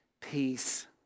peace